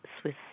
Swiss